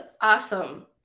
awesome